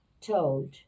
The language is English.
told